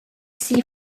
sea